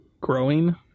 growing